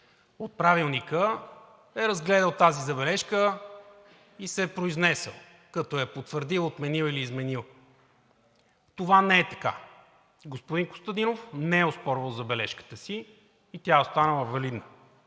от Правилника е разгледал тази забележка и се е произнесъл, като я е потвърдил, отменил или изменил. Това не е така. Господин Костадинов не е оспорвал забележката си и тя е останала валидна.